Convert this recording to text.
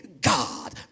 God